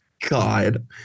God